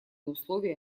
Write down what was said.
условия